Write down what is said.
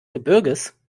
gebirges